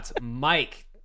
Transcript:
Mike